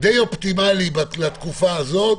די אופטימלי לתקופה הזאת,